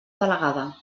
delegada